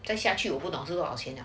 等下去我不知道是多少钱 lah